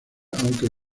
aunque